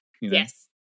Yes